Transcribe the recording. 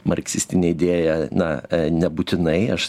marksistinė idėja na nebūtinai aš